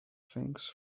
things